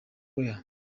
korea